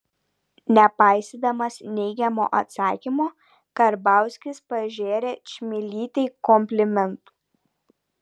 nepaisydamas neigiamo atsakymo karbauskis pažėrė čmilytei komplimentų